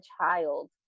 child